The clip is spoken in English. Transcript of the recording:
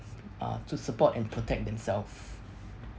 uh to support and protect themself